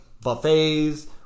buffets